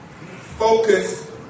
Focus